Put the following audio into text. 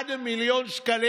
החברה